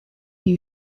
you